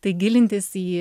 tai gilintis į